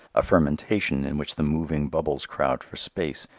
a fermentation in which the moving bubbles crowd for space,